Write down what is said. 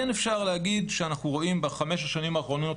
כן אפשר להגיד שאנחנו רואים בחמש השנים האחרונות